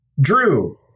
Drew